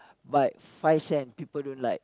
but five cent people don't like